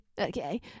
Okay